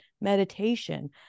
meditation